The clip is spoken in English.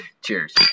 Cheers